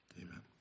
amen